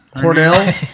Cornell